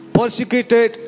persecuted